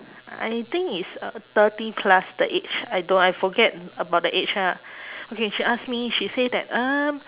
I think it's uh thirty plus the age I don't I forget about the age ah okay she ask me she say that um